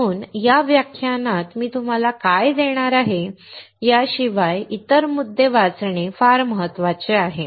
म्हणून या व्याख्यानात मी तुम्हाला काय देणार आहे याशिवाय इतर मुद्दे वाचणे फार महत्वाचे आहे